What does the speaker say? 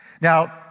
Now